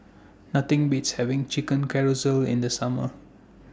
Nothing Beats having Chicken Casserole in The Summer